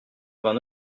vingt